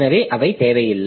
எனவே அவை தேவையில்லை